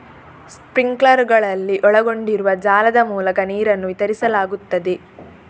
ಸ್ಪ್ರಿಂಕ್ಲರುಗಳಲ್ಲಿ ಒಳಗೊಂಡಿರುವ ಜಾಲದ ಮೂಲಕ ನೀರನ್ನು ವಿತರಿಸಲಾಗುತ್ತದೆ